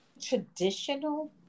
traditional